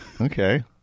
Okay